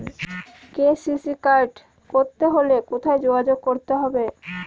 KCC card করতে হলে কোথায় যোগাযোগ করতে হবে?